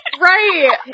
right